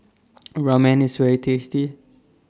Ramen IS very tasty